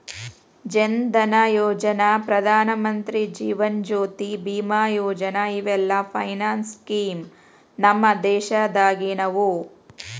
ಜನ್ ಧನಯೋಜನಾ, ಪ್ರಧಾನಮಂತ್ರಿ ಜೇವನ ಜ್ಯೋತಿ ಬಿಮಾ ಯೋಜನಾ ಇವೆಲ್ಲ finance scheme ನಮ್ ದೇಶದಾಗಿನವು